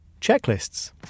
checklists